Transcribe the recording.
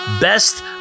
Best